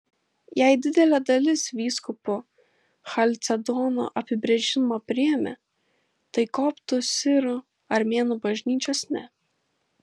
jei didelė dalis vyskupų chalcedono apibrėžimą priėmė tai koptų sirų armėnų bažnyčios ne